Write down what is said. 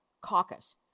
caucus